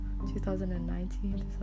2019